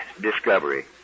discovery